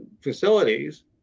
facilities